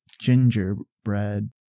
gingerbread